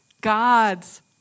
God's